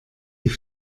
die